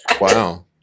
Wow